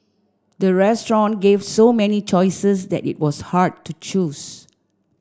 the restaurant gave so many choices that it was hard to choose